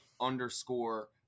underscore